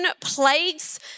plagues